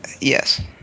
Yes